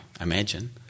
imagine